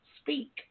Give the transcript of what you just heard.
speak